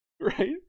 right